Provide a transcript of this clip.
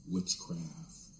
Witchcraft